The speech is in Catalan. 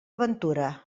ventura